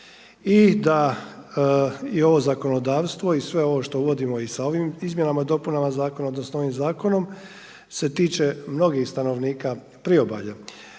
i da i ovo zakonodavstvo i sve ovo što uvodimo i sa ovim izmjenama i dopunama zakona, odnosno ovim zakonom se tiče mnogih stanovnika priobalja.